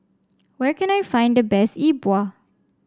where can I find the best Yi Bua